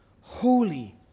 holy